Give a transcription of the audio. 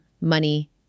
money